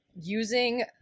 using